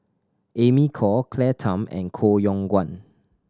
Amy Khor Claire Tham and Koh Yong Guan